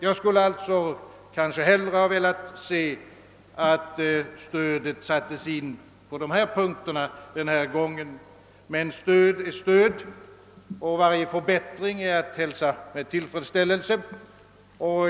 Jag skulle kanske hellre ha sett att stödet helt sattes in på dessa punkter den här gången, men stöd är stöd och varje förbättring är att hälsa med tillfredsställelse.